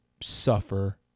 suffer